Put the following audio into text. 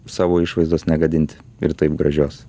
savo išvaizdos negadinti ir taip gražios